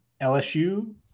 LSU